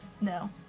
No